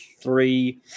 three